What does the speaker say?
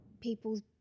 people's